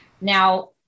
Now